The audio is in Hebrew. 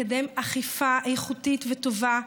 לקדם אכיפה איכותית וטובה,